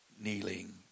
kneeling